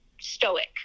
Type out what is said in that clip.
stoic